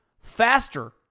faster